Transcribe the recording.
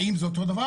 האם זה אותו דבר?